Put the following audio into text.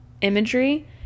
imagery